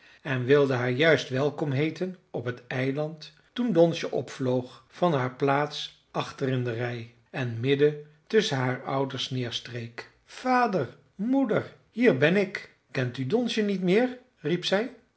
en wilden haar juist welkom heeten op het eiland toen donsje opvloog van haar plaats achter in de rij en midden tusschen haar ouders neerstreek vader moeder hier ben ik kent u donsje niet meer riep zij